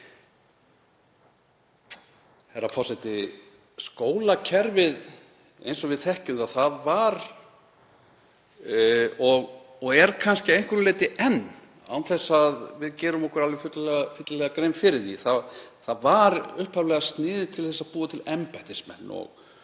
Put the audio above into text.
Skólakerfið eins og við þekkjum það var og er kannski að einhverju leyti enn, án þess að við gerum okkur alveg fyllilega grein fyrir því, upphaflega sniðið til þess að búa til embættismenn